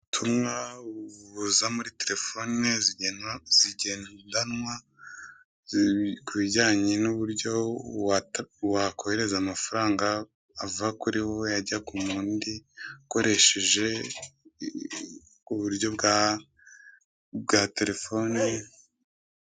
Ubutumwa buza muri telefone zigendanwa kubijyanye n'uburyo wakohereza amafaranga ava kuri wowe ajya k'uwundi ukoresheje uburyo bwa telefone.